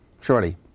surely